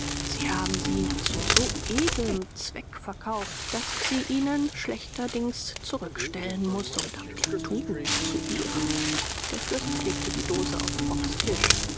sie haben sie zu so edelm zweck verkauft daß ich sie ihnen schlechterdings zurückstellen muß um damit ihre tugend zu ehren der fürst legte die dose auf